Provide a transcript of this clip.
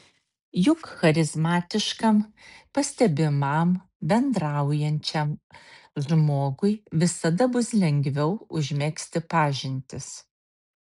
juk charizmatiškam pastebimam bendraujančiam žmogui visada bus lengviau užmegzti pažintis